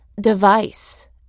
device